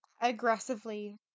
aggressively